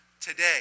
today